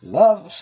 love